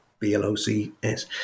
B-L-O-C-S